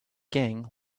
gang